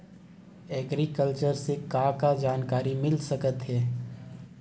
Agriculture से का का जानकारी मिल सकत हे?